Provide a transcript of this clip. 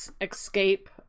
escape